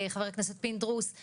חבר כנסת פינדרוס,